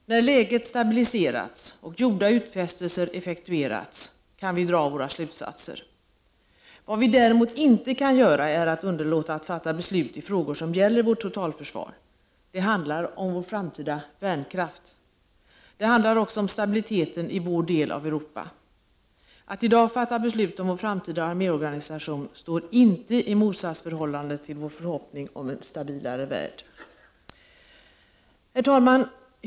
När läget stabiliserats och gjorda utfästelser effektuerats kan vi dra våra slutsatser. Vad vi däremot inte kan göra är att underlåta att fatta beslut i frågor som gäller vårt totalförsvar. Det handlar om vår framtida värnkraft. Det handlar också om stabiliteten i vår del av Europa. Att i dag fatta beslut om vår framtida arméorganisation står inte i motsatsförhållande till vår förhoppning om en stabilare värld. Herr talman!